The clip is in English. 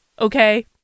okay